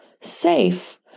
safe